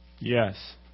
Yes